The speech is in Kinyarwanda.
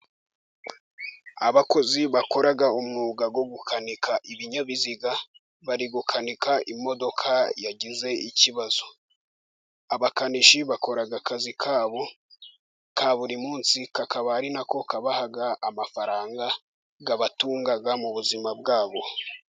Abakozi bakora umwuga wo gukanika ibinyabiziga, bari gukanika imodoka yagize ikibazo, abakanishi bakora akazi kabo ka buri munsi, kakaba ari nako kabaha amafaranga, abatungaga mu buzima bwabo.